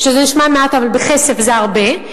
שזה נשמע מעט אבל בכסף זה הרבה.